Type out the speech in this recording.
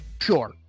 sure